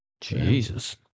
Jesus